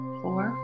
four